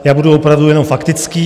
Já budu opravdu jenom faktický.